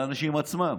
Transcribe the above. לאנשים עצמם?